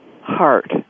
heart